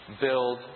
build